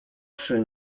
przy